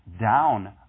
down